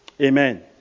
Amen